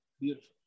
beautiful